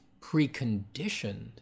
preconditioned